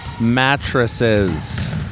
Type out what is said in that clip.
mattresses